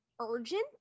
urgent